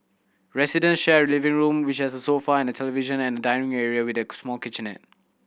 resident share a living room which has a sofa and television and a dining area with a small kitchenette